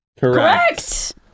Correct